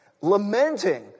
lamenting